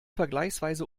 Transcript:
vergleichsweise